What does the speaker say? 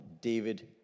David